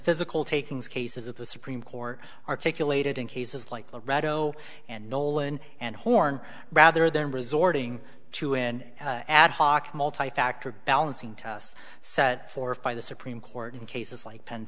physical takings cases of the supreme court articulated in cases like libretto and nolan and horne rather than resorting to and ad hoc multi factor balancing test set forth by the supreme court in cases like penn